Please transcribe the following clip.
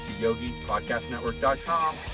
yogispodcastnetwork.com